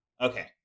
Okay